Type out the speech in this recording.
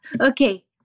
okay